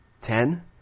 ten